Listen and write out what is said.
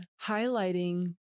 highlighting